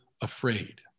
afraid